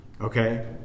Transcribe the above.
Okay